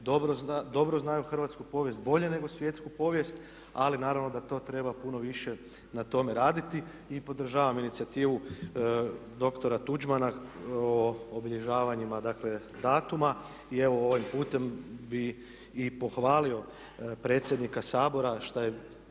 dobro znaju hrvatsku povijest bolje nego svjetsku povijest, ali naravno da to treba puno više na tome raditi. I podržavam inicijativu doktora Tuđmana o obilježavanju dakle, datuma i evo ovim putem bih i pohvalio predsjednika Sabora što je